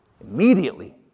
Immediately